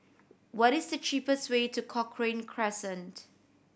what is the cheapest way to Cochrane Crescent